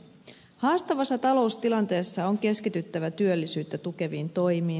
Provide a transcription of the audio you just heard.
haastavassa taloustilanteessa on keskityttävä työllisyyttä tukeviin toimiin